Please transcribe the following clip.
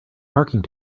parking